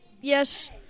yes